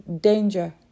danger